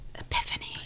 Epiphany